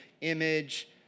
image